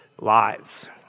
lives